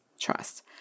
trust